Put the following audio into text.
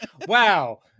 Wow